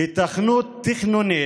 "היתכנות תכנונית",